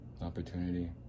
opportunity